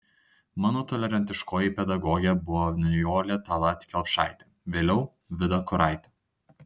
mano tolerantiškoji pedagogė buvo nijolė tallat kelpšaitė vėliau vida kuraitė